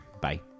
bye